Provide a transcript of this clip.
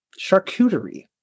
charcuterie